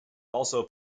also